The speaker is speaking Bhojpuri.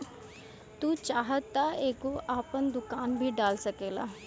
तू चाहत तअ एगो आपन दुकान भी डाल सकेला